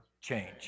change